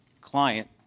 client